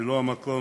ובמקום